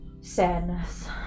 sadness